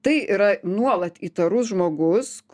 tai yra nuolat įtarus žmogus